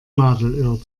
nadelöhr